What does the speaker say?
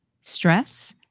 stress